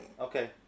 Okay